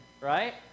right